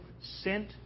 sent